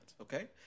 okay